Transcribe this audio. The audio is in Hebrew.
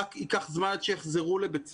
ייקח זמן עד שהם יחזרו לבית ספר.